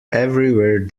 everywhere